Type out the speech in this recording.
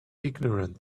ignorant